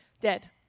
dead